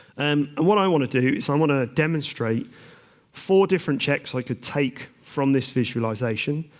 and and what i want to do is i want to demonstrate four different checks i could take from this visualisation,